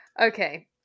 Okay